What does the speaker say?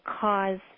cause